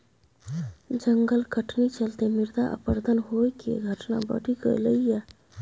जंगल कटनी चलते मृदा अपरदन होइ केर घटना बढ़ि गेलइ यै